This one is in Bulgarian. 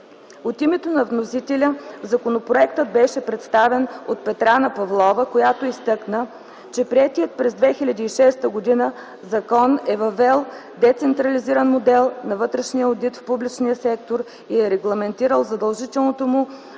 От името на вносителя законопроектът беше представен от Петрана Павлова, която изтъкна, че приетият през 2006 г. закон е въвел децентрализиран модел на вътрешния одит в публичния сектор и е регламентирал задължителното му